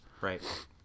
Right